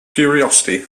curiosity